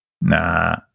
Nah